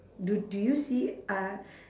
do do you see eye